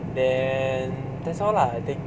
then that's all lah I think